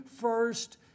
first